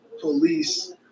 police